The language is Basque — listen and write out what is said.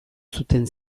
zuten